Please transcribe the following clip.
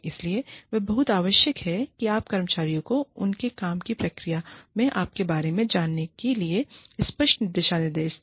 इसलिए यह बहुत आवश्यक है कि आप कर्मचारियों को उनके काम की प्रक्रिया में आपके बारे में जानने के लिए स्पष्ट दिशानिर्देश दें